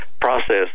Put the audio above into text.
process